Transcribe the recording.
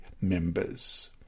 members